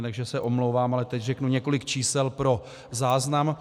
Takže se omlouvám, ale teď řeknu několik čísel pro záznam.